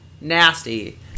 nasty